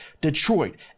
Detroit